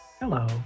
Hello